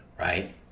right